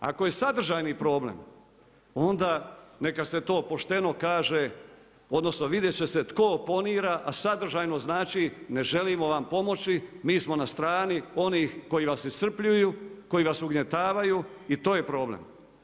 Ako je sadržajni problem, onda neka se to pošteno kaže, odnosno vidjet će se tko oponira a sadržajno znači, ne želimo vam pomoći, mi smo na strani onih koji vas iscrpljuju, koji vas ugnjetavaju, i to je problem.